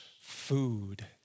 food